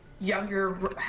younger